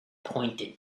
pointed